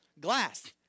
glass